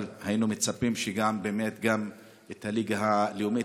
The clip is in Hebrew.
אבל היינו מצפים שגם את הליגה הלאומית.